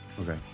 Okay